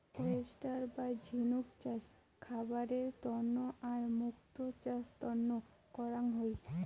oyster বা ঝিনুক চাষ খাবারের তন্ন আর মুক্তো চাষ তন্ন করাং হই